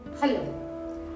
Hello